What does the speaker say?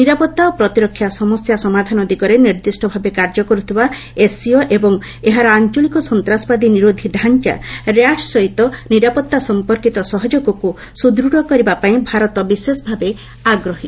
ନିରାପତ୍ତା ଓ ପ୍ରତିରକ୍ଷା ସମସ୍ୟା ସମାଧାନ ଦିଗରେ ନିର୍ଦ୍ଦିଷ୍ଟ ଭାବେ କାର୍ଯ୍ୟ କରୁଥିବା ଏସ୍ସିଓ ଏବଂ ଏହାର ଆଞ୍ଚଳିକ ସନ୍ତାସବାଦୀ ନିରୋଧି ଡାଞ୍ଚା ର୍ୟାଟ୍ସ୍ ସହିତ ନିରାପତ୍ତା ସମ୍ପର୍କିତ ସହଯୋଗକୁ ସୁଦୃଢ଼ କରିବାପାଇଁ ଭାରତ ବିଶେଷଭାବେ ଆଗ୍ରହୀ